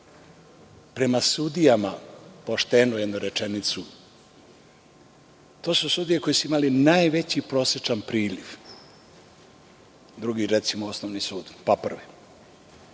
prema sudijama poštenu jednu rečenicu. To su sudije koje su imale najveći prosečan priliv, recimo Drugi osnovni sud, pa Prvi.